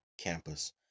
campus